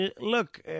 Look